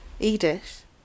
Edith